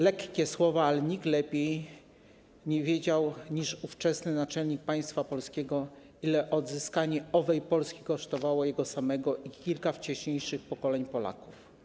Lekkie słowa, ale nikt lepiej nie wiedział niż ówczesny naczelnik państwa polskiego, ile odzyskanie owej Polski kosztowało jego samego i kilka wcześniejszych pokoleń Polaków.